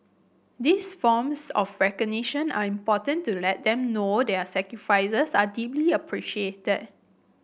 these forms of recognition are important to let them know their sacrifices are deeply appreciated